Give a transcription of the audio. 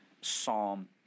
psalm